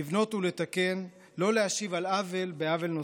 לבנות ולתקן, לא להשיב על עוול בעוול נוסף.